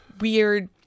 weird